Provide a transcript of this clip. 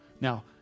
Now